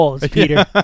Peter